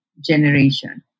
generation